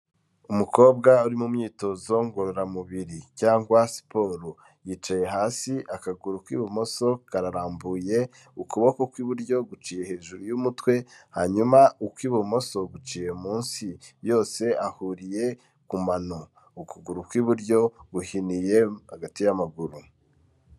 Umukobwa uri mu myitozo ngororamubiri cyangwa siporo, yicaye hasi akaguru k'ibumoso karambuye ukuboko kw'iburyo guciye hejuru y'umutwe hanyuma ukw'ibumoso guciye munsi yose ahuriye kumano, ukuguru kw'iburyo guhiniye hagati y'amaguru.